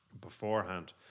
Beforehand